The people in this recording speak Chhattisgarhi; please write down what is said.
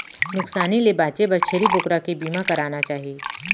नुकसानी ले बांचे बर छेरी बोकरा के बीमा कराना चाही